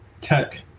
tech